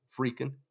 freaking